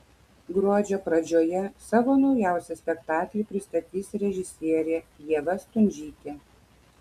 gruodžio pradžioje savo naujausią spektaklį pristatys režisierė ieva stundžytė